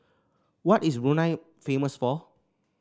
what is Brunei famous for